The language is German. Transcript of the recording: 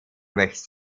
wächst